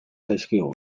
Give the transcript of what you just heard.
zaizkigu